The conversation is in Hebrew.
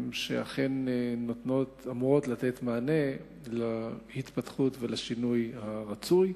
שאמורות לתת מענה להתפתחות ולשינוי הרצוי.